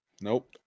Nope